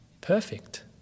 perfect